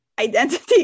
identity